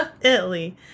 Italy